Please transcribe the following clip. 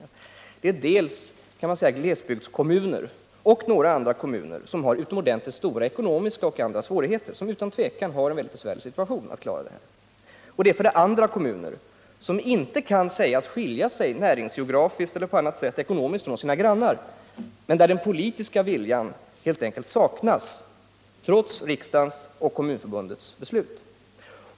För det första är det, kan man säga, glesbygdskommuner och några andra kommuner som har utomordentligt stora ekonomiska och andra svårigheter och utan tvivel har en väldigt besvärlig situation när det gäller att klara saken. För det andra är det kommuner som inte kan sägas skilja sig näringsgeografiskt eller på annat sätt ekonomiskt från sina grannar men där den politiska viljan helt enkelt saknas, trots riksdagens och Kommunförbundets beslut.